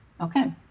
Okay